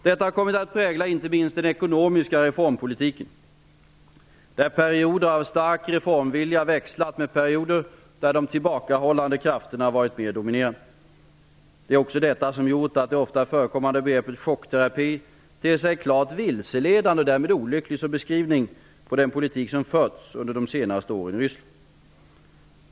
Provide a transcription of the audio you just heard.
Detta har kommit att prägla inte minst den ekonomiska reformpolitiken, där perioder av stark reformvilja växlat med perioder där de tillbakahållande krafterna varit mer dominerande. Det är också detta som gjort att det ofta förekommande begreppet ''chockterapi'' ter sig klart vilseledande och därmed olyckligt som beteckning på den politik som förts under de senare åren i Ryssland.